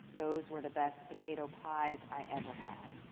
those were the best potato pies i ever had.